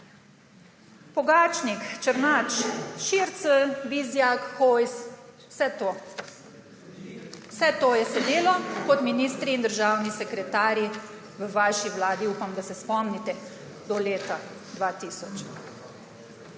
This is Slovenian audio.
Pogačnik, Černač, Šircelj, Vizjak, Hojs, vse to je sedelo kot ministri in državni sekretarji v vaši vladi, upam, da se spomnite, do leta 2000